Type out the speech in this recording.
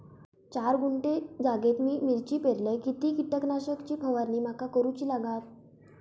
चार गुंठे जागेत मी मिरची पेरलय किती कीटक नाशक ची फवारणी माका करूची लागात?